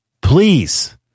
Please